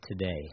today